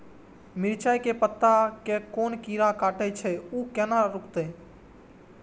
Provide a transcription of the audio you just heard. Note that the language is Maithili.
मिरचाय के पत्ता के कोन कीरा कटे छे ऊ केना रुकते?